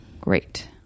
Great